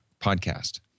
podcast